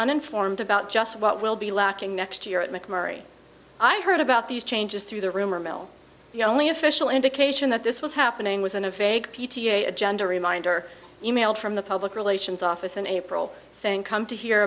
uninformed about just what will be lacking next year at mcnairy i heard about these changes through the rumor mill the only official indication that this was happening was in a vague p t a agenda reminder emails from the public relations office in april saying come to hear